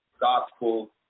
gospel